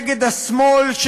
נגד השמאל,